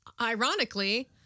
ironically